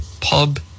Pub